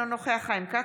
אינו נוכח חיים כץ,